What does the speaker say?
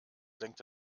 senkt